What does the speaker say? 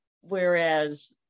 Whereas